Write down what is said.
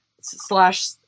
slash